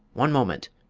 one moment.